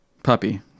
Puppy